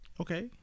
Okay